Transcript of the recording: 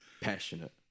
passionate